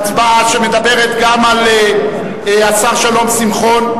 הצבעה שמדברת גם על השר שלום שמחון,